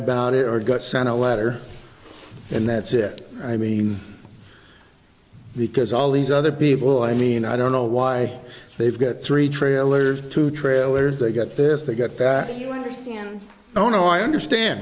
about it or got sent a letter and that's it i mean because all these other be able i mean i don't know why they've got three trailers two trailers they get this they get that you understand oh no i understand